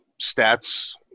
stats